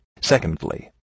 Secondly